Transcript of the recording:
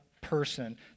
person